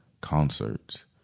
concerts